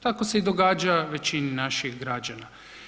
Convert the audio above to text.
Tako se i događa većini naših građana.